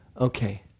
Okay